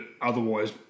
otherwise